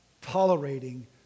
tolerating